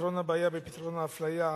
בפתרון הבעיה, בפתרון האפליה,